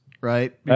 right